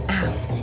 out